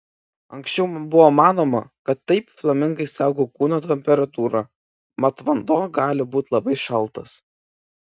anksčiau buvo manoma kad taip flamingai saugo kūno temperatūrą mat vanduo gali būti labai šaltas